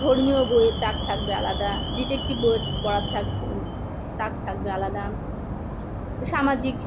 ধর্মীয় বইয়ের তাক থাকবে আলাদা ডিটেকটিভ বইয়ের পড়ার থাক তাক থাকবে আলাদা সামাজিক